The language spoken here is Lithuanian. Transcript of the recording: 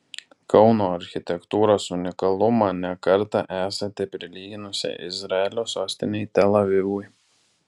kauno architektūros unikalumą ne kartą esate prilyginusi izraelio sostinei tel avivui